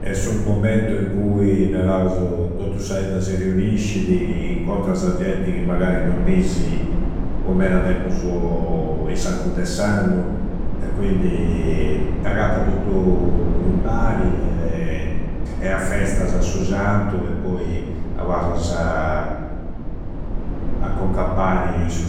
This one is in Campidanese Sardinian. e su mommentu in cui, tottu sa idda si reuniscidi. Incontrasa genti ca magari non bisi po meda tempusu in s'arcu de s'annu e quindi t'agatta tottu impari e e a festasa su Santu e poi aparrassa a conca a pari in su.